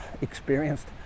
experienced